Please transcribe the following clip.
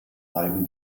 weiden